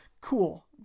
cool